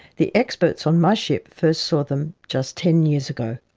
the experts on my ship first saw them just ten years ago.